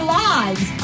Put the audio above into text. lives